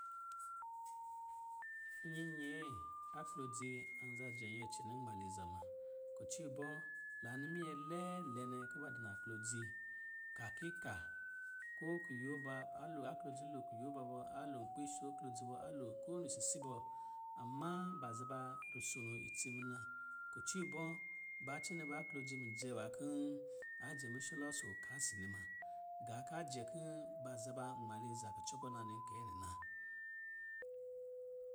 nyinyee, aklodzi anza jɛ nyɛ cɛnɛ nmaliza ma. Kucɔ ibɔ̄, la ni minyɛ lɛɛ lɛ nɛ kɔ̄ ba di naklodzi kakika, ko kuyo ba a loo, aklodzi loo kuyo ba bɔ, a loo nkpi soo klodzi bɔ, a loo ko wini sisi bɔ, amma ba za ba rusona itsi muna. Kucɔ ibɔ̄, ba cɛnɛ ba aklodzi minyɛ nwá kɔ ajɛ musɔlɔ sɔ ka si nɛ ma. Gaa kajɛ kɔ̄ ba za ba a nmaliza kucɔ kɔ̄ na nɛ kɛɛ na